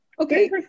Okay